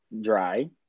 dry